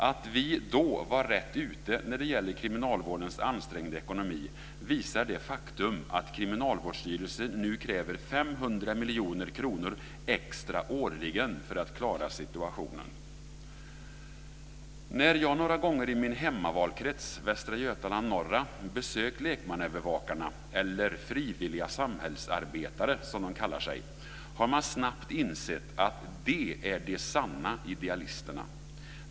Att vi då var rätt ute när det gäller kriminalvårdens ansträngda ekonomi visar det faktum att Kriminalvårdsstyrelsen nu kräver 500 miljoner kronor extra årligen för att klara situationen. När jag några gånger i min hemmavalkrets Västra Götaland norra har besökt lekmannaövervakarna, eller frivilliga samhällsarbetare som de kallar sig, har jag snabbt insett att de är de sanna idealisterna.